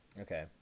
Okay